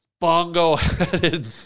bongo-headed